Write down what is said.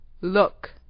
Look